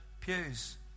pews